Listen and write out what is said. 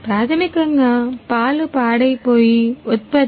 ప్రాథమికంగా పాలు పాడైపోయే ఉత్పత్తి